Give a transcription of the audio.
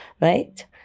right